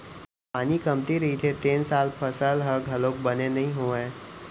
पानी कमती रहिथे तेन साल फसल ह घलोक बने नइ होवय